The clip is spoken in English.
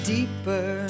deeper